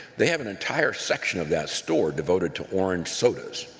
they have an entire section of that store devoted to orange sodas.